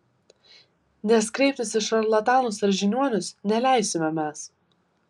nes kreiptis į šarlatanus ar žiniuonius neleisime mes